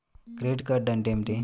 Credit card అంటే ఏమిటి?